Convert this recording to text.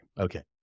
Okay